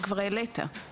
שכבר העלית.